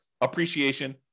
appreciation